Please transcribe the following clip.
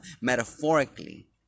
metaphorically